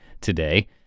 today